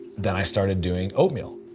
then i started doing oatmeal.